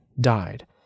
died